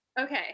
Okay